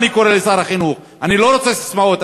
אני קורא לשר החינוך: אני לא רוצה ססמאות,